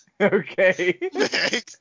okay